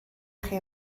chi